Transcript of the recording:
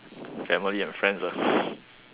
family and friends ah